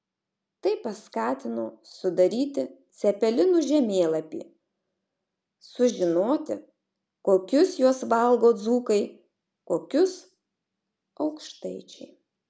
tai paskatino sudaryti cepelinų žemėlapį sužinoti kokius juos valgo dzūkai kokius aukštaičiai